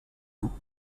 loups